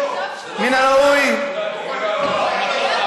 לא חמוץ.